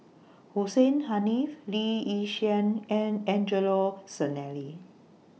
Hussein Haniff Lee Yi Shyan and Angelo Sanelli